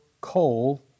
coal